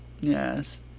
yes